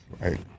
right